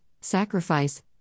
sacrifice